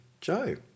Joe